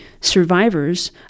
survivors